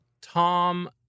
Tom